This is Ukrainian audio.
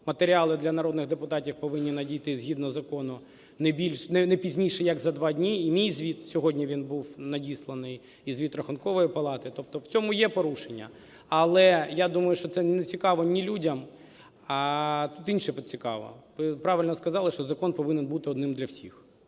матеріали до народних депутатів повинні надійти згідно закону не пізніше як за два дні. І мій звіт, сьогодні він був надісланий, і звіт Рахункової палати. Тобто в цьому є порушення. Але я думаю, що це не цікаво ні людям. Тут інше цікаво. Ви правильно сказали, що закон повинен бути один для всіх